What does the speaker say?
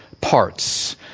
parts